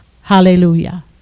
Hallelujah